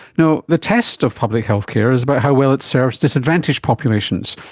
you know the test of public health care is about how well it serves disadvantaged populations,